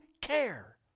care